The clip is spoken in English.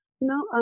No